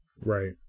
Right